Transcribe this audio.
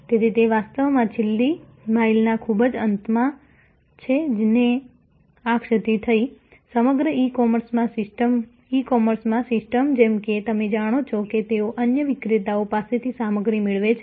તેથી તે વાસ્તવમાં છેલ્લી માઈલના ખૂબ જ અંતમાં છે ને આ ક્ષતિ થઈ સમગ્ર ઈ કોમર્સમાં સિસ્ટમ જેમ કે તમે જાણો છો કે તેઓ અન્ય વિક્રેતાઓ પાસેથી સામગ્રી મેળવે છે